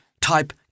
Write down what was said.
type